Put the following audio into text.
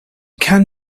can